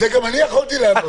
אה, זה גם אני יכולתי לענות.